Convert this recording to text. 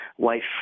wife